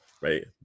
right